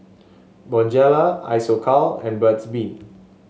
Bonjela Isocal and Burt's Bee